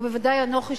ובוודאי אנוכי,